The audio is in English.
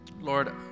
Lord